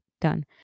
done